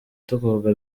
tuvuga